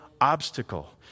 obstacle